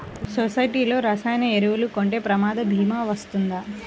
సొసైటీలో రసాయన ఎరువులు కొంటే ప్రమాద భీమా వస్తుందా?